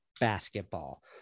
Basketball